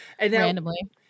randomly